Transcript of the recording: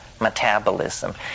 metabolism